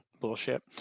bullshit